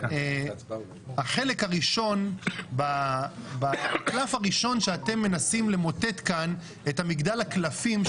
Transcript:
וזה החלק הראשון בקלף הראשון שאתם מנסים למוטט כאן את מגדל הקלפים,